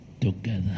together